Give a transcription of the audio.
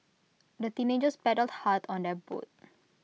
the teenagers paddled hard on their boat